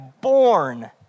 born